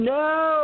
no